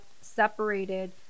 separated